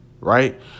right